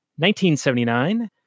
1979